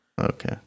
Okay